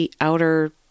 outer